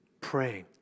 praying